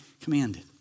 commanded